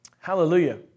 hallelujah